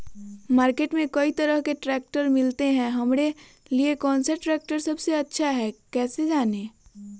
Market में कई तरह के ट्रैक्टर मिलते हैं हमारे लिए कौन सा ट्रैक्टर सबसे अच्छा है कैसे जाने?